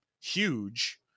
huge